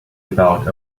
about